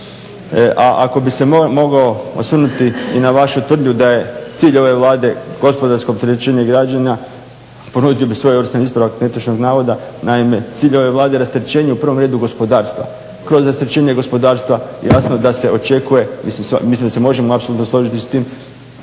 A ako bi se mogao osvrnuti i na vašu tvrdnju da je cilj ove Vlade gospodarsko opterećenje građana, ponudio bih svojevrstan ispravak netočnog navoda. Naime, cilj ove Vlade je rasterećenje u prvom redu gospodarstva. Kroz rasterećenje gospodarstva jasno da se očekuje, mislim da se možemo apsolutno složiti s tim,